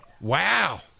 Wow